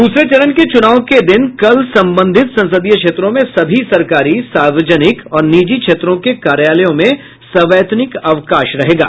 दूसरे चरण के चुनाव के दिन कल संबंधित संसदीय क्षेत्रों में सभी सरकारी सार्वजनिक और निजी क्षेत्रों के कार्यालयों में सवैतनिक अवकाश रहेगा